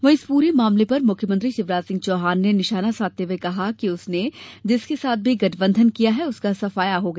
वही इस पूरे मामले पर मुख्यमंत्री शिवराज सिंह चौहान ने निशाना साधते हुए कहा कि उसने जिसके साथ भी गठबंधन किया है उसका सफाया हो गया